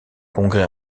congrès